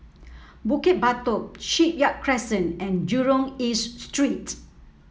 Bukit Batok Shipyard Crescent and Jurong East Street